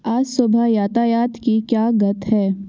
आज सुबह यातायात की क्या गत है